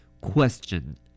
Question